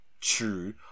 True